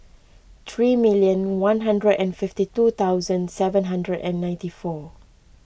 three million one hundred and fifty two thousand seven hundred and ninety four